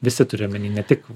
visi turiu omeny ne tik